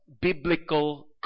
biblical